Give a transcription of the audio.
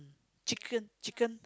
chicken chicken